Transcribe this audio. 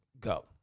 Go